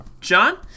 John